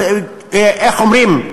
איך אומרים,